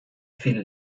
viele